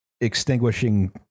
extinguishing